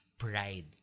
Pride